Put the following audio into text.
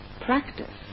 practice